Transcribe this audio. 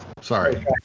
sorry